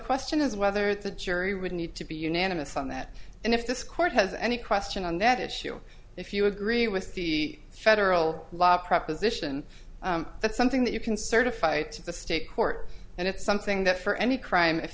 question is whether the jury would need to be unanimous on that and if this court has any question on that issue if you agree with the federal law proposition that's something that you can certify to the state court and it's something that for any crime if